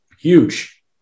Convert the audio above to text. huge